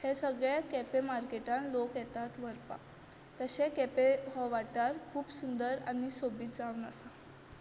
हें सगळें केपें मार्केटांत लोक येतात व्हरपाक तशें केपें हो वाठार खूब सुंदर आनी सोबीत जावन आसा